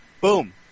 Boom